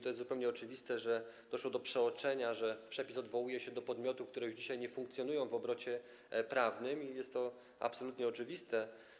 To jest zupełnie oczywiste, że doszło do przeoczenia, że przepis odwołuje się do podmiotów, które już dzisiaj nie funkcjonują w obrocie prawnym, jest to absolutnie oczywiste.